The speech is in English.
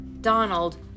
Donald